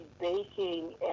baking